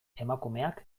emakumeak